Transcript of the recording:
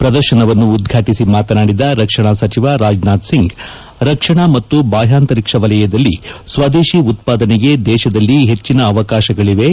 ಪ್ರದರ್ಶನವನ್ನು ಉದ್ವಾಟಿಸಿ ಮಾತನಾಡಿದ ರಕ್ಷಣಾ ಸಚಿವ ರಾಜನಾಥ್ ಸಿಂಗ್ ರಕ್ಷಣಾ ಮತ್ತು ಬಾಹ್ಯಾಂತರಿಕ್ಷ ವಲಯದಲ್ಲಿ ಸ್ವದೇಶಿ ಉತ್ಪಾದನೆಗೆ ದೇಶದಲ್ಲಿ ಹೆಚ್ಚಿನ ಅವಕಾಶಗಳಿವೆ